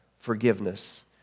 forgiveness